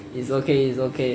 it's okay it's okay